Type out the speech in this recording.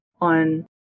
on